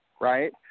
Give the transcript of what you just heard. right